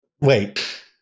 wait